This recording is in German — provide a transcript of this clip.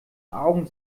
augen